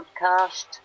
podcast